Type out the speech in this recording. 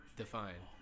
define